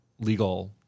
legal